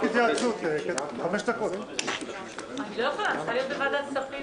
11:45 ונתחדשה בשעה